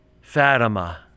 Fatima